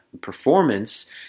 performance